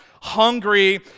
hungry